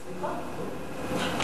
סליחה,